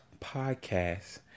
podcast